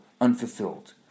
unfulfilled